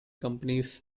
companies